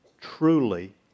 truly